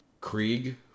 Krieg